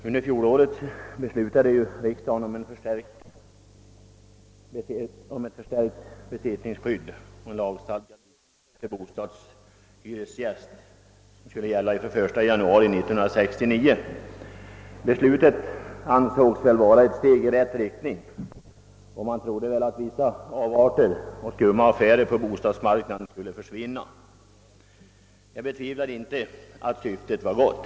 Herr talman! Jag ber att få tacka justitieministern för svaret på min interpellation. Riksdagen beslutade under fjolåret om ett förstärkt besittningsskydd och om en lagstadgad bytesrätt för bostadshyresgäst, och bestämmelserna härom skulle träda i kraft den 1 januari 1969. Beslutet ansågs väl vara ett steg i rätt riktning, och man trodde att vissa avarter och skumma affärer på bostadsmarknaden skulle försvinna i och med dess genomförande. Jag betvivlar inte att syftet var gott.